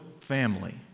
family